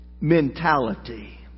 mentality